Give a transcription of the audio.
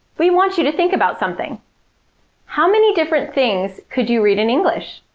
we want you to think about something how many different things could you read in english?